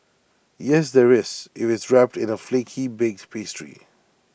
yes there is if it's wrapped in A flaky baked pastry